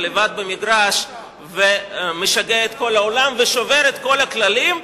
לבד במגרש ומשגע את כל העולם ושובר את כל הכללים,